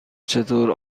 چطور